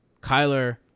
Kyler